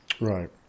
Right